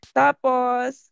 tapos